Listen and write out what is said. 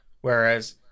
whereas